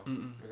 mm mm